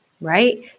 right